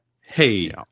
Hey